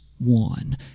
One